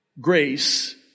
Grace